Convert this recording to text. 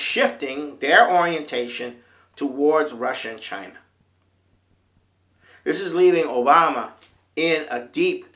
shifting their orientation towards russia and china this is leaving obama in a deep